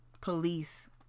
Police